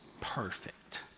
perfect